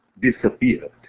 disappeared